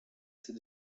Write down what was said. ces